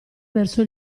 verso